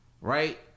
Right